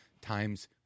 times